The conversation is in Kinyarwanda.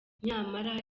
nyamara